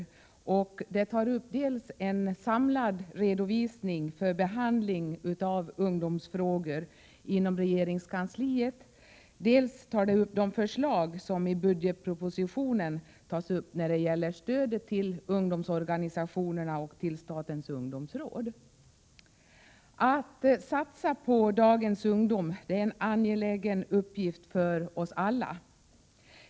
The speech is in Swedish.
I betänkandet tar man upp dels en samlad redovisning för behandlingen av ungdomsfrågor inom regeringskansliet, dels förslagen i budgetpropositionen om stödet till ungdomsorganisationerna samt statens ungdomsråd. Att satsa på dagens ungdom är en angelägen uppgift för oss alla.